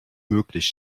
möglich